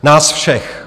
Nás všech.